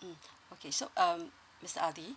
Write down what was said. mm okay so um mister ali